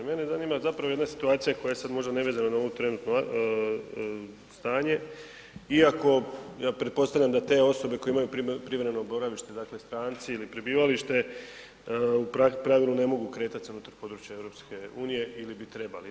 Mene zanima zapravo jedna situacija koja je sad možda nevezano na ovo trenutno stanje iako pretpostavljam da te osobe koje imaju privremeno boravište, dakle stranci ili prebivalište, u pravilu ne mogu kretat se unutar područja EU ili bi trebali.